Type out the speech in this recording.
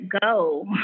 go